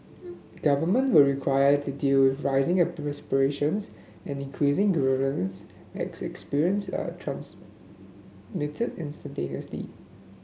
government will require to deal with rising aspirations and increased grievance as experience are transmitted instantaneously